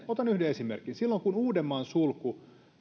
otan yhden esimerkin silloin kun uudenmaan sulku